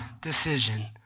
decision